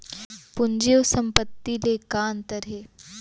पूंजी अऊ संपत्ति ले का अंतर हे?